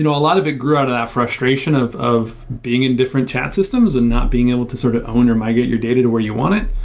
you know a lot of it grew out of our frustration of of being in different chat systems and not being able to sort of own or migrate your data to where you want it,